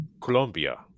Colombia